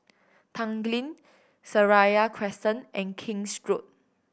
Tanglin Seraya Crescent and King's Road